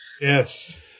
yes